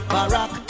Barack